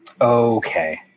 okay